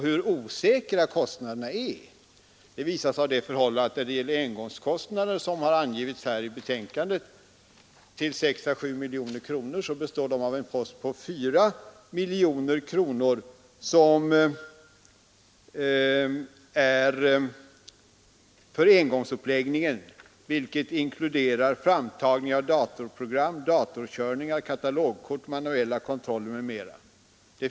Hur osäkra kostnaderna är visar också det förhållandet att engångskostnaderna, som i betänkandet har angivits tilll 6 å 7 miljoner kronor, består av en post på 4 miljoner för engångsuppläggningen, vilket inkluderar framtagning av datorprogram, datorkörningar, katalogkort, manuella kontroller m.m.